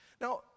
Now